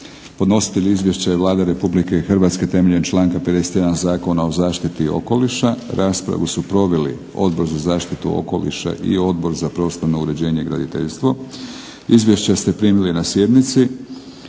Podnositelj izvješća je Vlada Republike Hrvatske temeljem članka 51. Zakona o zaštiti okoliša. Raspravu su proveli Odbor za zaštitu okoliša i Odbor za prostorno uređenje i graditeljstvo. Izvješća ste primili na sjednici.